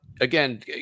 again